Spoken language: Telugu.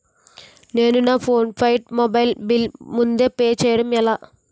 నేను నా పోస్టుపైడ్ మొబైల్ బిల్ ముందే పే చేయడం ఎలా?